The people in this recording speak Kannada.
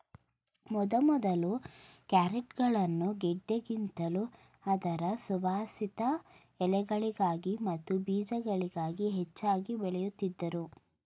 ಮೊದಮೊದಲು ಕ್ಯಾರೆಟ್ಗಳನ್ನು ಗೆಡ್ಡೆಗಳಿಗಿಂತಲೂ ಅದರ ಸುವಾಸಿತ ಎಲೆಗಳಿಗಾಗಿ ಮತ್ತು ಬೀಜಗಳಿಗಾಗಿ ಹೆಚ್ಚಾಗಿ ಬೆಳೆಯುತ್ತಿದ್ದರು